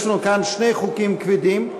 יש לנו כאן שני חוקים כבדים: